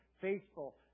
faithful